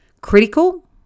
Critical